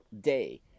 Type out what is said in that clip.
day